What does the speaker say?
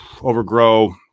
Overgrow